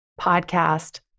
podcast